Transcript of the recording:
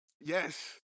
yes